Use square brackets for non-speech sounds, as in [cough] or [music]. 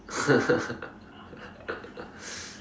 [laughs]